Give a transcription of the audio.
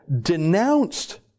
denounced